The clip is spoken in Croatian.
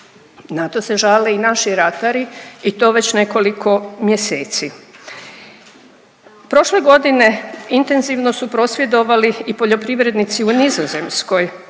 Na to se žale i naši ratari i to već nekoliko mjeseci. Prošle godine intenzivno su prosvjedovali i poljoprivrednici u Nizozemskoj